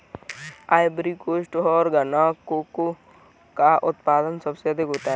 Ivory coast और घना में कोको का उत्पादन सबसे अधिक है